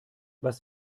was